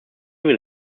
will